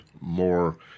more